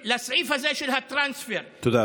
ולסעיף הזה של הטרנספר -- תודה רבה, אדוני.